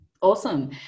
Awesome